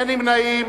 אין נמנעים.